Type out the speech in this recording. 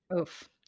Oof